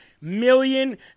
million